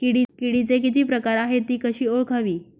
किडीचे किती प्रकार आहेत? ति कशी ओळखावी?